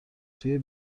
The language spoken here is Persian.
توی